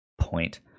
point